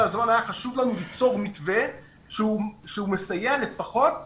היה חשוב לנו ליצור מתווה שהוא מסייע לפחות לרוב,